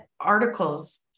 articles